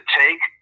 take